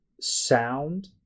sound